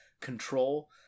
control